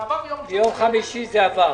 ביום חמישי זה עבר.